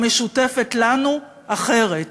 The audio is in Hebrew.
המשותפת לנו, אחרת.